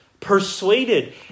persuaded